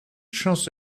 just